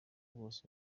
bwose